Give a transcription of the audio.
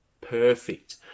perfect